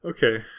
Okay